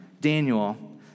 Daniel